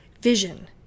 vision